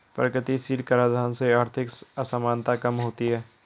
प्रगतिशील कराधान से आर्थिक असमानता कम होती है